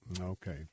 Okay